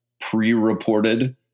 pre-reported